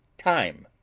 time,